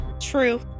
True